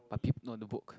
but peep not in the book